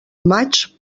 maig